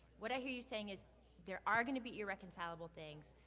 what i hear you saying is there are gonna be irreconcilable things.